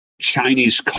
Chinese